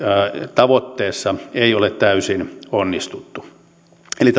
tavoitteessa ei ole täysin onnistuttu eli